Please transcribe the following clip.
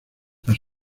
las